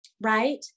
Right